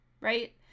right